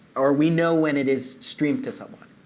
or we know when it is streamed to someone.